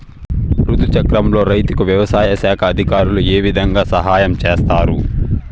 రుతు చక్రంలో రైతుకు వ్యవసాయ శాఖ అధికారులు ఏ విధంగా సహాయం చేస్తారు?